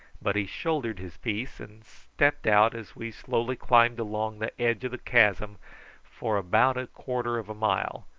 but he shouldered his piece and stepped out as we slowly climbed along the edge of the chasm for about a quarter of a mile,